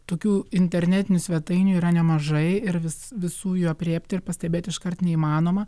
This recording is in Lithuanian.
tokių internetinių svetainių yra nemažai ir vis visų jų aprėpti ir pastebėti iškart neįmanoma